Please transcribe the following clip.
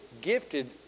gifted